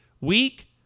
week